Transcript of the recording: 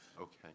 Okay